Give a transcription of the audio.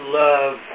love